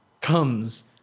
comes